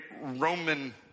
Roman